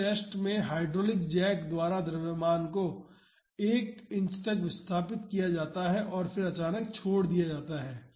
इस टेस्ट में hydraulic jack द्वारा द्रव्यमान को 1 इंच तक विस्थापित किया जाता है और फिर अचानक छोड़ दिया जाता है